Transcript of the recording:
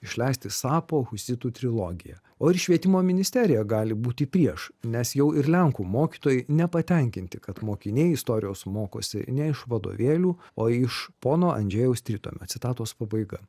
išleisti sapo husitų trilogiją o ir švietimo ministerija gali būti prieš nes jau ir lenkų mokytojai nepatenkinti kad mokiniai istorijos mokosi ne iš vadovėlių o iš pono andžejaus tritomio citatos pabaiga